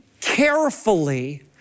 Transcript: carefully